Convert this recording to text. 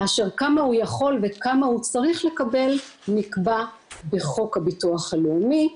כאשר כמה הוא יכול וכמה הוא צריך לקבל נקבע בחוק הביטוח הלאומי.